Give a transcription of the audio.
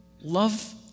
love